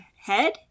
head